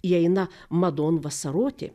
įeina madon vasaroti